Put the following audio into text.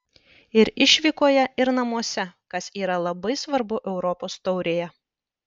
ir išvykoje ir namuose kas yra labai svarbu europos taurėje